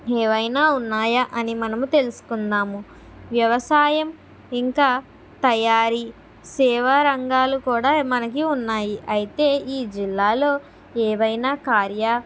ఏవైనా ఉన్నాయా అని మనము తెలుసుకుందాము వ్యవసాయం ఇంకా తయారీ సేవా రంగాలు కూడా మనకి ఉన్నాయి అయితే ఈ జిల్లాలో ఏవైనా కార్య